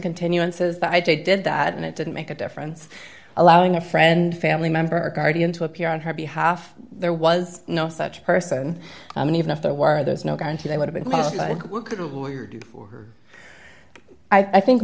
continuances that i did that and it didn't make a difference allowing a friend family member or guardian to appear on her behalf there was no such person i mean even if there were there's no guarantee they would have been like what could a lawyer do i think